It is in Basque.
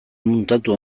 muntatu